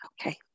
Okay